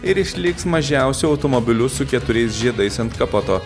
ir išliks mažiausiu automobiliu su keturiais žiedais ant kapoto